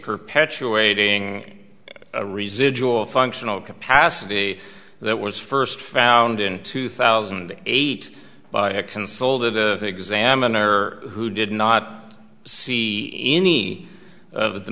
perpetuating residual functional capacity that was first found in two thousand and eight by a console the examiner who did not see any of the